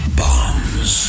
bombs